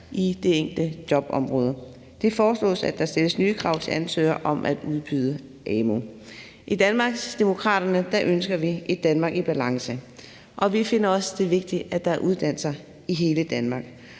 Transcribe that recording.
i det enkelte jobområde. Det foreslås, at der stilles nye krav til ansøgere om at udbyde amu. I Danmarksdemokraterne ønsker vi et Danmark i balance, og vi finder også, det er vigtigt, at der er uddannelser i hele Danmark.